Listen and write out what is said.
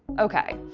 okay,